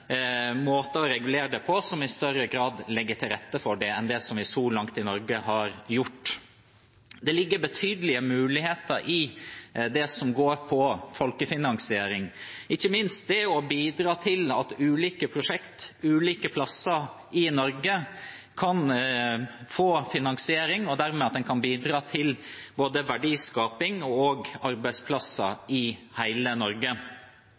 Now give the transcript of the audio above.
måter å regulere det på som i større grad legger til rette for det, enn det vi så langt har gjort i Norge. Det ligger betydelige muligheter i folkefinansiering, ikke minst det at en kan bidra til at ulike prosjekter ulike steder i Norge kan få finansiering, og dermed kan en bidra til både verdiskaping og arbeidsplasser i hele Norge.